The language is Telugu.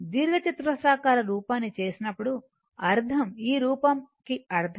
దీర్ఘచతురస్రాకార రూపాన్ని చేసినప్పుడు అర్థం ఈ రూపం అర్థం